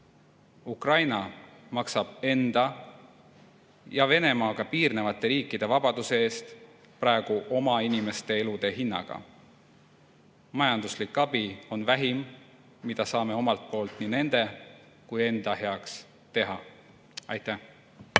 Ukraina maksab enda ja Venemaaga piirnevate riikide vabaduse eest praegu oma inimeste elude hinnaga. Majanduslik abi on vähim, mida saame omalt poolt nii nende kui ka enda heaks teha. Aitäh!